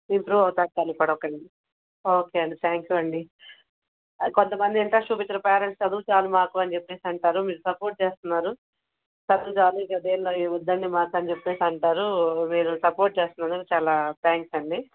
improve అవుతాడు sir ఇప్పుడు కానీ ఓకే అండి థ్యాంక్ యూ అండి కొంతమంది ఇంటరెస్ట్ చూపించారు పేరెంట్స్ చదువుచాలు మాకు అని చెప్తు ఉంటారు మీరు సపోర్ట్ చేస్తున్నారు చదువు చాలు ఇక దేంట్లో ఏమి వద్దండి మాకు అని చెప్పి అంటారు మీరు సపోర్ట్ చేస్తున్నందుకు చాలా థాంక్స్ అండి